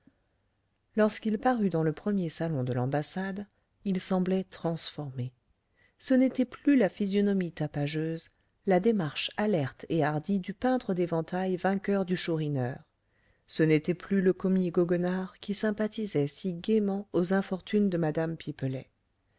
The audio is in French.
lorsqu'il parut dans le premier salon de l'ambassade il semblait transformé ce n'était plus la physionomie tapageuse la démarche alerte et hardie du peintre d'éventails vainqueur du chourineur ce n'était plus le commis goguenard qui sympathisait si gaiement aux infortunes de mme pipelet